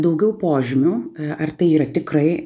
daugiau požymių ar tai yra tikrai